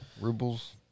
Rubles